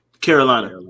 Carolina